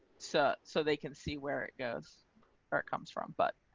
so, so they can see where it goes where it comes from, but